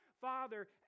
Father